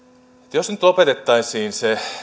jos nyt lopetettaisiin